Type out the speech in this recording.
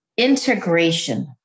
Integration